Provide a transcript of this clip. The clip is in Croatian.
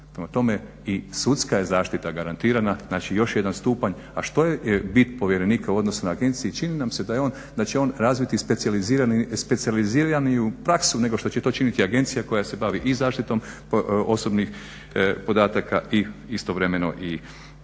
Prema tome i sudska je zaštita garantirana, znači još jedan stupanja, a što je bit povjerenika u odnosu na agencije i čini nam se da je on, da će on razviti specijalizirani, specijaliziraniju praksu nego što će to činiti agencija koja se bavi i zaštitom osobnih podataka i istovremeno i pravo